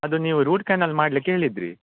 ಅದು ನೀವು root canal ಮಾಡಲಿಕ್ಕೆ ಹೇಳಿದ್ರಿ